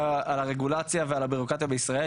על הרגולציה ועל הבירוקרטיה בישראל.